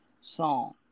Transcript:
song